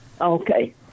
Okay